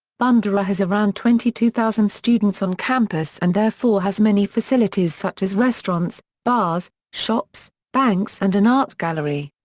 bundoora has around twenty two thousand students on campus and therefore has many facilities such as restaurants, bars, shops, banks and an art gallery.